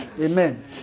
Amen